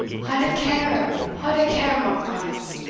haud a care, haud a care, monkbarns!